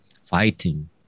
fighting